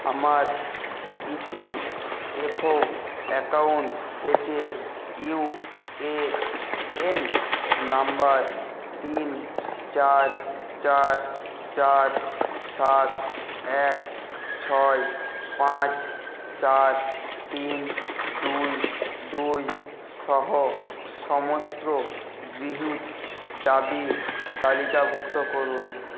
আমার EPFO account থেকে UAN নম্বর তিন চার চার চার সাত এক ছয় পাঁচ চার তিন দুই দুই সহ সমস্ত গৃহীত দাবি তালিকাভুক্ত করুন